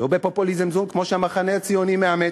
לא בפופוליזם זול, כמו שהמחנה הציוני מאמץ,